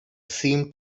seemed